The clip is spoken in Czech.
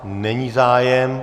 Není zájem.